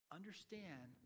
understand